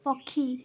ପକ୍ଷୀ